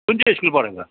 कुन चैँ स्कुल पढेको